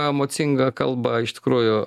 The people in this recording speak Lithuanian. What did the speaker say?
emocinga kalba iš tikrųjų